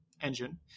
engine